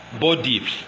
body